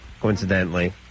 coincidentally